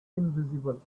invisible